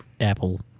Apple